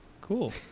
Cool